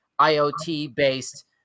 IoT-based